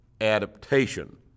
adaptation